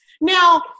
Now